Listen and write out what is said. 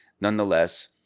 nonetheless